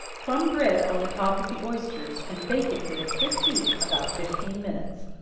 crumb bread on the top of the oysters, and bake it with a quick heat about fifteen minutes.